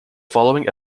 following